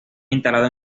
instalado